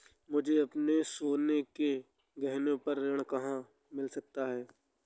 मुझे अपने सोने के गहनों पर ऋण कहाँ मिल सकता है?